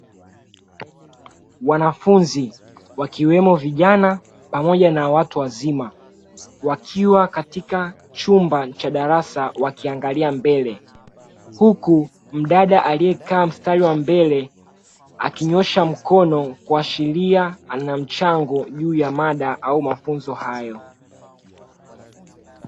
Wanafunzi wakiwemo vijana pamoja na watu wazima wakiwa katika chumba cha darasa wakiangalia mbele, huku mdada aliekaa mstari wa mbele akinyoosha mkono kuashiria ana mchango juu ya mada au mafunzo hayo.